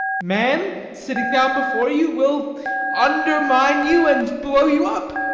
man, setting down before you, will undermine you and blow you up.